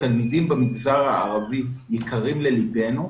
תלמידים במגזר הערבי יקרים ללבנו,